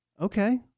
Okay